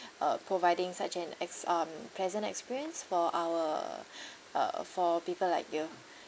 uh providing such an ex~ um pleasant experience for our uh for people like you